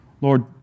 Lord